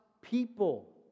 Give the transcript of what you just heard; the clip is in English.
people